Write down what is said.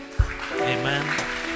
Amen